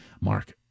Mark